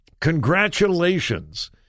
congratulations